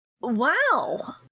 Wow